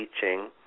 teaching